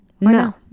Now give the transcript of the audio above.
no